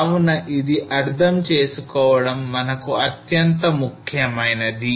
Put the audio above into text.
కావున ఇది అర్థం చేసుకోవడం మనకు అత్యంత ముఖ్యమైనది